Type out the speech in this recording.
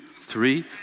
three